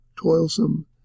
Toilsome